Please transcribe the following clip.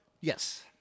Yes